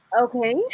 okay